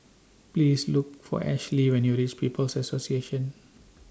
Please Look For Ashly when YOU REACH People's Association